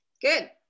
good